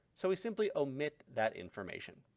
so we simply omit that information.